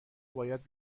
باید